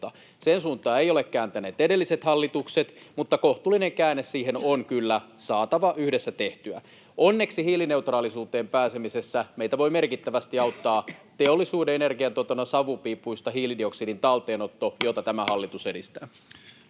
Sen suuntaa eivät ole kääntäneet edelliset hallitukset, mutta kohtuullinen käänne siihen on kyllä saatava yhdessä tehtyä. Onneksi hiilineutraalisuuteen pääsemisessä meitä voi merkittävästi auttaa hiilidioksidin talteenotto teollisuuden